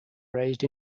raised